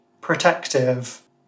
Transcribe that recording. protective